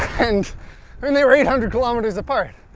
and i mean they were eight hundred kilometers apart!